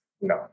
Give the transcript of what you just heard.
No